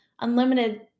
unlimited